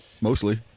mostly